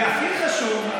והכי חשוב,